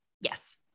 Yes